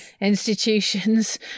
institutions